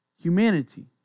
humanity